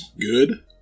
good